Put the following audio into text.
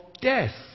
death